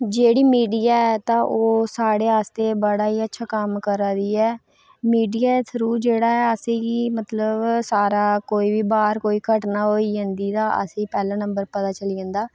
जेह्ड़ी मीडिया ऐ ते ओह् साढ़े आस्तै बड़ा अच्छा कम्म करा दी ऐ मीडिया दे थ्रू असेंगी मतलब सारा कोई बी बाह्र घटना होइ जंदी तां असेंई पैह्ले नम्बर पता चली जंदा